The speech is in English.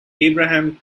abraham